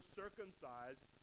circumcised